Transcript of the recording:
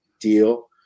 deal